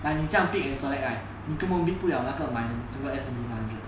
but 你这样 bid and select right 你根本 bid 不了买这个 S&P five hundred